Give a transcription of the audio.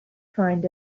find